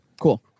Cool